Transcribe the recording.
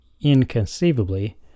inconceivably